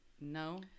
No